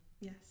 Yes